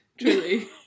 truly